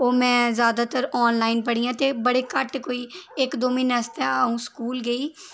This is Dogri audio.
ओह् में ज्यादातर ऑनलाइन पढ़ियां ते बड़े घट्ट कोई इक दो म्हीने आस्तै अ'ऊं स्कूल गेई